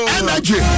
energy